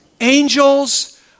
angels